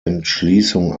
entschließung